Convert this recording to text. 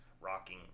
rocking